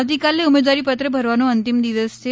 આવતીકાલે ઉમેદવારીપત્ર ભરવાનો અંતિમ દિવસ છે